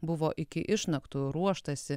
buvo iki išnaktų ruoštasi